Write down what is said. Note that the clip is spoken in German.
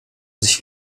sich